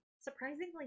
Surprisingly